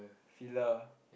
Fila